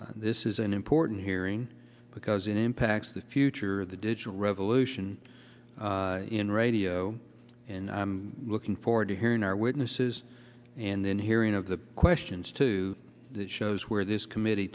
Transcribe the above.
this is an important hearing because it impacts the future of the digital revolution in radio and i'm looking forward to hearing our witnesses and then hearing of the questions to shows where this committee